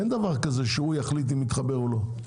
אין דבר כזה שהוא מחליט אם מתחבר או לא.